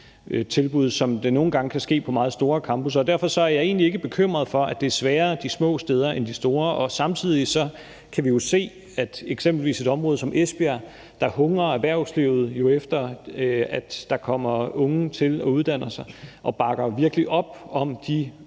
som det nogle gange kan være på meget store campusser. Derfor er jeg egentlig ikke bekymret for, at det er sværere på de små steder end de store, og samtidig kan vi jo se, at erhvervslivet i eksempelvis et område som Esbjerg jo hungrer efter, at der kommer unge til og uddanner sig, og man bakker virkelig op om de